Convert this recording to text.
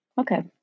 Okay